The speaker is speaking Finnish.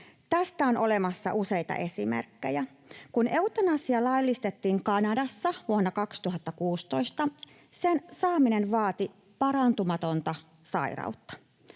Tästä on olemassa useita esimerkkejä: Kun eutanasia laillistettiin Kanadassa vuonna 2016, sen saaminen vaati parantumatonta sairautta.